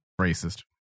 Racist